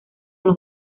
los